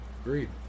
Agreed